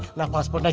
my passport. like